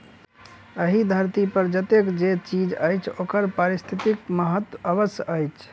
एहि धरती पर जतेक जे चीज अछि ओकर पारिस्थितिक महत्व अवश्य अछि